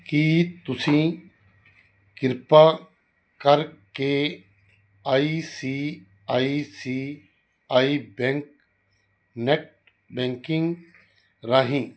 ਕੀ ਤੁਸੀਂ ਕਿਰਪਾ ਕਰਕੇ I C I C I bank net banking ਰਾਹੀਂ